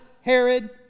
Herod